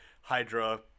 Hydra